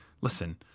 listen